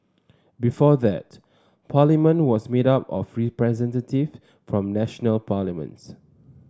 before that Parliament was made up of representatives from national parliaments